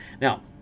Now